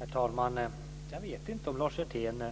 Herr talman! Jag vet inte om Lars Hjertén